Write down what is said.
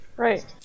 Right